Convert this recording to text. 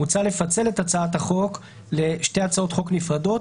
מוצע לפצל את הצעת החוק לשתי הצעות חוק נפרדות,